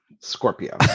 Scorpio